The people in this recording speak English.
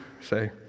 say